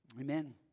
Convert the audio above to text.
Amen